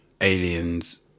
aliens